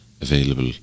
available